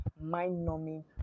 mind-numbing